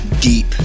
Deep